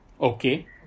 Okay